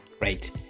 right